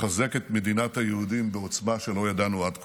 לחזק את מדינת היהודים בעוצמה שלא ידענו עד כה.